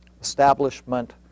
establishment